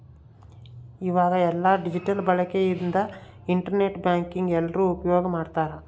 ಈವಾಗ ಎಲ್ಲ ಡಿಜಿಟಲ್ ಬಳಕೆ ಇಂದ ಇಂಟರ್ ನೆಟ್ ಬ್ಯಾಂಕಿಂಗ್ ಎಲ್ರೂ ಉಪ್ಯೋಗ್ ಮಾಡ್ತಾರ